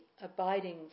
Abiding